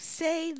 say